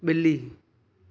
ॿिली